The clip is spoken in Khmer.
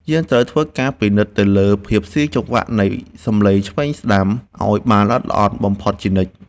យើងត្រូវធ្វើការពិនិត្យទៅលើភាពស៊ីចង្វាក់នៃសំឡេងឆ្វេងស្ដាំឱ្យបានល្អិតល្អន់បំផុតជានិច្ច។